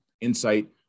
insight